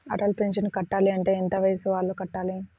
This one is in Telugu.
అటల్ పెన్షన్ కట్టాలి అంటే ఎంత వయసు వాళ్ళు కట్టాలి?